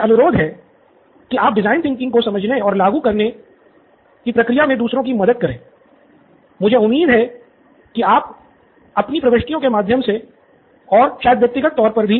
आप से अनुरोध है कि आप डिज़ाइन थिंकिंग को समझने और लागू करके प्रक्रिया में दूसरों की मदद करें मुझे उम्मीद है कि आप से आपकी प्रविष्टियों के माध्यम से जल्द मुलाक़ात होगी और शायद व्यक्तिगत तौर पर भी